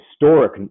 historic